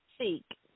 seek